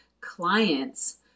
clients